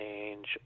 change